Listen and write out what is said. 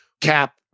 Cap